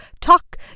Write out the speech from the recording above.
talk